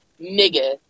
nigga